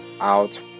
out